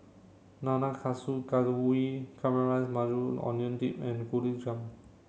Nanakusa Gayu Caramelized Maui Onion Dip and Gulab Jamun